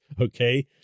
okay